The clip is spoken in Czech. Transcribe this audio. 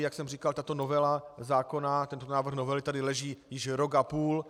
Jak jsem říkal, tato novela zákona, tento návrh novely tady leží již rok a půl.